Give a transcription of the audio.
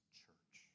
church